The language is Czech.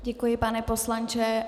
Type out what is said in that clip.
Děkuji, pane poslanče.